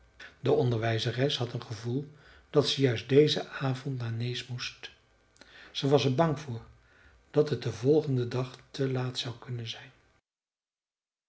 de onderwijzeres had een gevoel dat ze juist dezen avond naar nääs moest ze was er bang voor dat het den volgenden dag te laat zou kunnen zijn